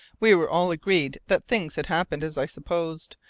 we were all agreed that things had happened as i supposed,